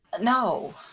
no